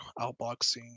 outboxing